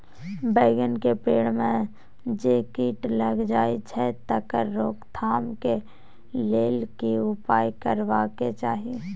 बैंगन के पेड़ म जे कीट लग जाय छै तकर रोक थाम के लेल की उपाय करबा के चाही?